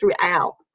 throughout